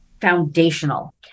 foundational